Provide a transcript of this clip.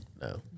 No